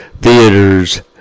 theaters